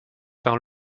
par